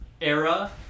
era